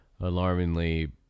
alarmingly